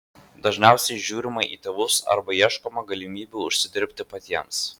dažniausiai žiūrima į tėvus arba ieškoma galimybių užsidirbti patiems